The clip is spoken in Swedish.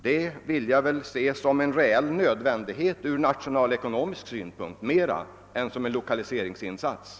Detta vill jag mera se som en reell nödvändighet ur nationalekonomisk synpunkt än som en lokaliseringsinsats.